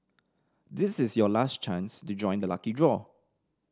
this is your last chance to join the lucky draw